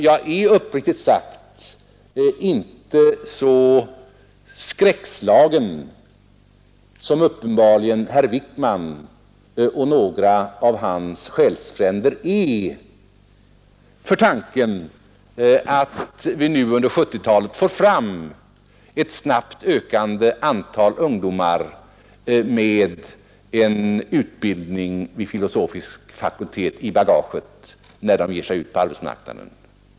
Jag är dock uppriktigt sagt inte lika skräckslagen som uppenbarligen herr Wijkman och några av hans själsfränder inför tanken att vi nu under 1970-talet får ett snabbt ökande antal ungdomar som har en utbildning vid filosofisk fakultet i bagaget när de ger sig ut på arbetsmarknaden.